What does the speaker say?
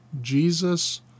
Jesus